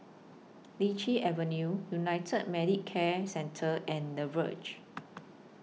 Lichi Avenue United Medicare Centre and The Verge